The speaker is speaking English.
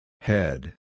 Head